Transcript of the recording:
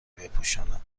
بپوشانم